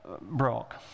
broke